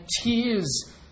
tears